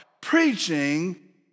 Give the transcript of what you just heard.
preaching